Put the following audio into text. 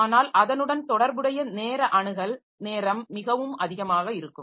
ஆனால் அதனுடன் தொடர்புடைய நேர அணுகல் நேரம் மிகவும் அதிகமாக இருக்கும்